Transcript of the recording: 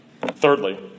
Thirdly